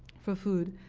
for food.